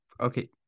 okay